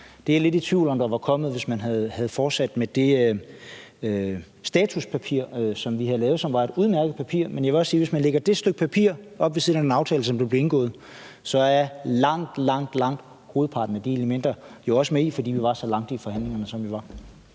Det er jeg lidt i tvivl om var kommet, hvis man havde fortsat med det statuspapir, som vi havde lavet, og som var et udmærket papir. Men jeg vil også sige, at hvis man lægger det stykke papir op ved siden af den aftale, som blev indgået, så kan man se, at langt, langt hovedparten af de elementer jo også er med i forliget, fordi vi var så langt i forhandlingerne, som vi var.